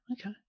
okay